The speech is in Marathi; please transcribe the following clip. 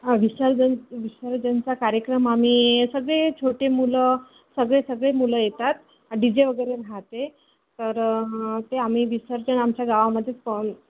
आ विसर्जन विसर्जनचा कार्यक्रम आम्ही सगळे छोटे मुलं सगळे सगळे मुलं येतात डी जे वगैरे राहते तर ते आम्ही विसर्जन आमच्या गावामध्येच